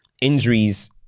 injuries